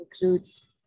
includes